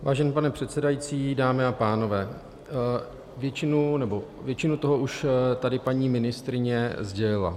Vážený pane předsedající, dámy a pánové, většinu toho už tady paní ministryně sdělila.